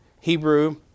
Hebrew